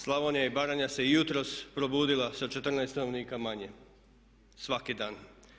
Slavonija i Baranja se i jutros probudila sa 14 stanovnika manje svaki dan.